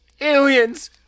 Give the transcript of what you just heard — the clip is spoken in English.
Aliens